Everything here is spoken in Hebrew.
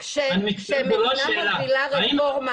זו לא השאלה --- כשמדינה מובילה רפורמה